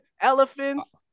elephants